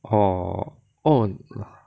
orh oh